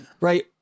Right